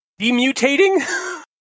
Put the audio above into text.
demutating